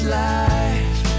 life